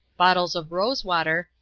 bottles of rosewater,